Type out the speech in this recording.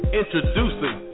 introducing